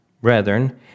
Brethren